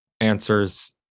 answers